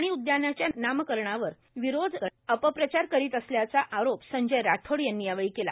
प्राणी उदयानाच्या नामकरणावर विरोधक अपप्रचार करीत असल्याचा आरोप संजय राठोड यांनी यावेळी केला